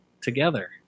together